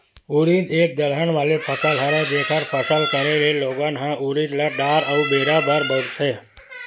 उरिद एक दलहन वाले फसल हरय, जेखर फसल करे ले लोगन ह उरिद ल दार अउ बेरा बर बउरथे